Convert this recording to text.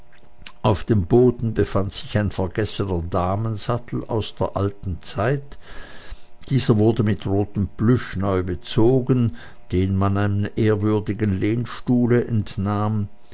auf dem boden befand sich ein vergessener damensattel aus der alten zeit dieser wurde mit rotem plüsch neu bezogen den man einem ehrwürdigen lehnstuhle entnahm